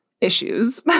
issues